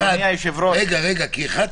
לרואי החשבון כשאנחנו מדברים עליהם בהליכי